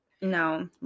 No